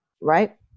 Right